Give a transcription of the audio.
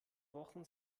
wochen